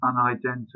Unidentified